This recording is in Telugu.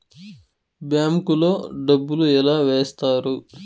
బ్యాంకు లో డబ్బులు ఎలా వేస్తారు